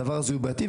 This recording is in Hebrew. הדבר הזה הוא בעייתי.